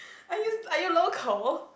are you are you local